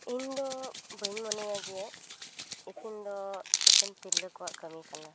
ᱤᱧᱫᱚ ᱵᱟᱹᱧ ᱢᱚᱱᱮᱭᱟ ᱡᱮ ᱤᱥᱤᱱ ᱫᱚ ᱮᱠᱷᱮᱱ ᱛᱤᱨᱞᱟᱹ ᱠᱚᱣᱟᱜ ᱠᱟᱹᱢᱤ ᱠᱟᱱᱟ